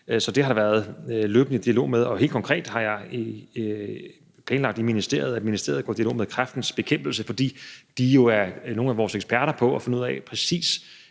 Så dem har vi været i løbende dialog med, og helt konkret har jeg planlagt i ministeriet, at ministeriet går i dialog med Kræftens Bekæmpelse, fordi de jo er nogle af vores eksperter i forhold til at finde ud af, præcis